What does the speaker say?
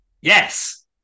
Yes